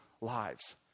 lives